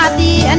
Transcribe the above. ah the and